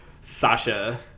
Sasha